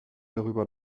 darüber